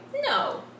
no